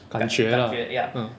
感觉 lah 嗯